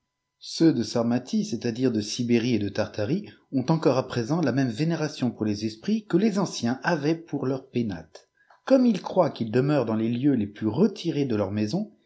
ceux de sarmatie c'est-à-dire de sibérie et de tahâhè ont encore à présent la même vénération pour les esprits que les anciens avaient pour leurs pénates gomme ils croient qu'ils demeurent dans les lieux les plus retirés de leurs maisons